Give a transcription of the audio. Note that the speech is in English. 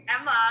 Emma